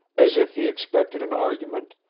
as if he expected an argument.